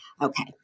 Okay